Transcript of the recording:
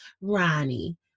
Ronnie